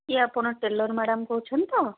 କିଏ ଆପଣ tailor madam କହୁଛନ୍ତି ତ